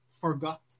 forgot